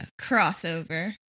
crossover